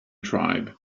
tribe